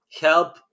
help